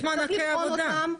יש מענקי עבודה.